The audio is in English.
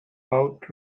out